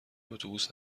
اتوبوس